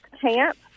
camp